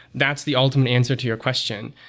that's the ultimate answer to your question?